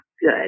good